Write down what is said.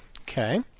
okay